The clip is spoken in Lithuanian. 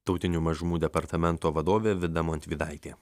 tautinių mažumų departamento vadovė vida montvydaitė